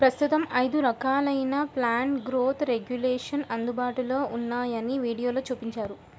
ప్రస్తుతం ఐదు రకాలైన ప్లాంట్ గ్రోత్ రెగ్యులేషన్స్ అందుబాటులో ఉన్నాయని వీడియోలో చూపించారు